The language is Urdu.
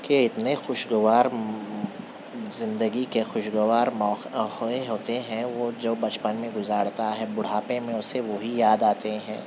کے اتنے خوشگوار زندگی کے خوشگوار ہوئے ہوتے ہیں وہ جو بچپن میں گزارتا ہے بڑھاپے میں اسے وہی یاد آتے ہیں